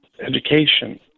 education